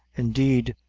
indeed,